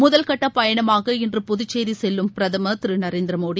முதல் கட்ட பயணமாக இன்று புதுச்சேரி செல்லும் பிரதம் திரு நநரேந்திரமோடி